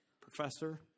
professor